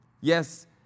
Yes